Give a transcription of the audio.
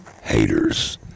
haters